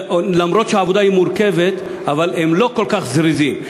למרות שהעבודה היא מורכבת, הם לא כל כך זריזים.